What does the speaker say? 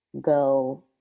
go